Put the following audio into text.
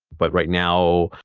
but right now,